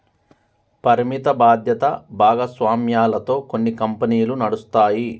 పరిమిత బాధ్యత భాగస్వామ్యాలతో కొన్ని కంపెనీలు నడుస్తాయి